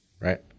right